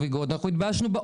אנחנו התביישנו לחגוג נובי גוד,